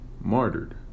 martyred